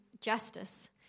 justice